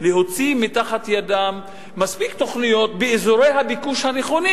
להוציא מתחת ידן מספיק תוכניות באזורי הביקוש הנכונים,